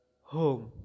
home